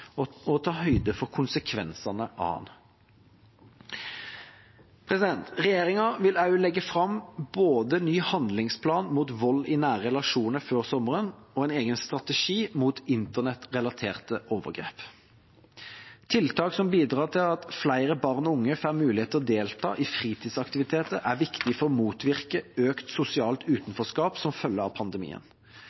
og ta høyde for konsekvensene av den. Regjeringa vil også legge fram både en ny handlingsplan mot vold i nære relasjoner, før sommeren, og en egen strategi mot internettrelaterte overgrep. Tiltak som bidrar til at flere barn og unge får mulighet til å delta i fritidsaktiviteter, er viktig for å motvirke økt sosialt utenforskap som følge av pandemien.